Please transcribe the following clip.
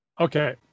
Okay